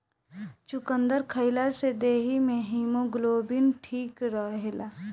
चुकंदर खइला से देहि में हिमोग्लोबिन ठीक रहेला